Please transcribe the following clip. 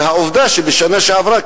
ועובדה שבשנה שעברה,